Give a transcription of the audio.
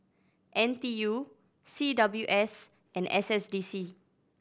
N T U C W S and S S D C